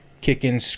kicking